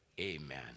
amen